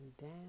down